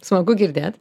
smagu girdėt